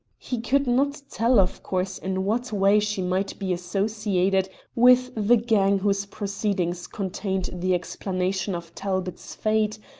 he could not tell, of course, in what way she might be associated with the gang whose proceedings contained the explanation of talbot's fate,